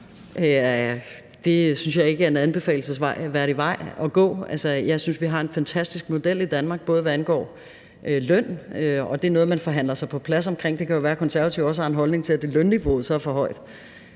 Det synes jeg ikke er en anbefalelsesværdig vej at gå. Altså, jeg synes, vi har en fantastisk model i Danmark, også hvad angår løn. Det er noget, man forhandler på plads, og det kan jo være, at Konservative så også har en holdning til, at lønniveauet er for højt.